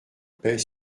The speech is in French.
pet